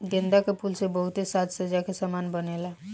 गेंदा के फूल से बहुते साज सज्जा के समान बनेला